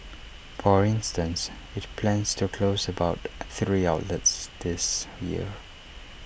for instance IT plans to close about three outlets this year